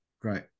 Great